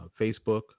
Facebook